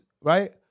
Right